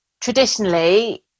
traditionally